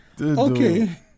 Okay